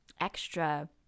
extra